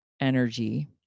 energy